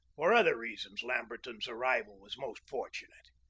for other reasons lamberton's arrival was most fortunate.